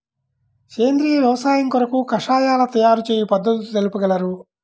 సేంద్రియ వ్యవసాయము కొరకు కషాయాల తయారు చేయు పద్ధతులు తెలుపగలరు?